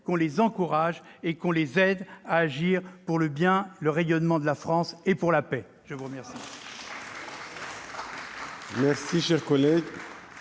qu'on les encourage et qu'on les aide à agir pour le bien et le rayonnement de la France et pour la paix. Très bien